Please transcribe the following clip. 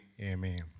amen